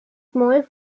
small